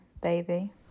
baby